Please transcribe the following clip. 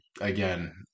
again